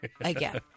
Again